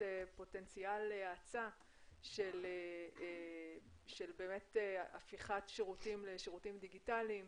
פוטנציאל האצה של הפיכת שירותים לשירותים דיגיטליים,